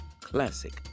classic